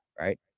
right